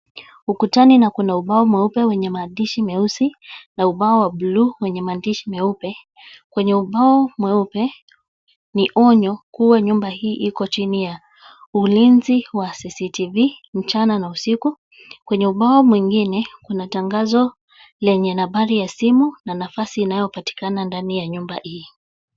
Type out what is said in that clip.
Ukutani na kuna ubao mweupe wenye maandishi meusi na ubao wa buluu wenye maandishi meupe. Kwenye ubao mweupe ni onyo kua nyumba hii iko chini ya ulinzi wa CCTV, mchana na usiku. Kwenye ubao mwengine kuna tangazo lenye nambari ya simu na nafasi inayopatikana ndani ya nyumba hii.